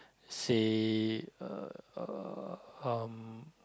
say uh um